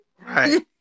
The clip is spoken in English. Right